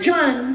John